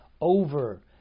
over